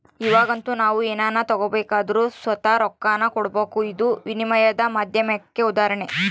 ಇವಾಗಂತೂ ನಾವು ಏನನ ತಗಬೇಕೆಂದರು ಸುತ ರೊಕ್ಕಾನ ಕೊಡಬಕು, ಇದು ವಿನಿಮಯದ ಮಾಧ್ಯಮುಕ್ಕ ಉದಾಹರಣೆ